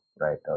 right